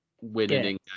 winning